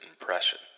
impression